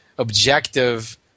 objective